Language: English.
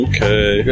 Okay